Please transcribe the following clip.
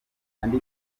andi